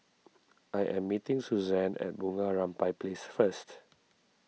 I am meeting Suzann at Bunga Rampai Place first